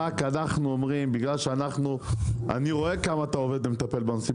רק אנחנו אומרים בגלל שאני רואה כמה אתה עובד ומטפל בנושאים.